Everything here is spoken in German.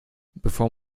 bevor